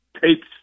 tapes